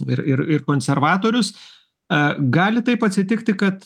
ir ir ir konservatorius aa gali taip atsitikti kad